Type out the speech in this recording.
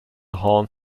haunt